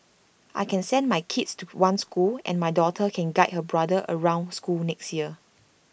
I can send my kids to one school and my daughter can guide her brother around school next year